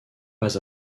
pas